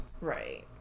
Right